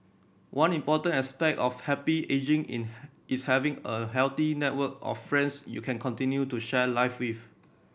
one important aspect of happy ageing in is having a healthy network of friends you can continue to share life with